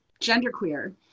genderqueer